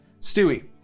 Stewie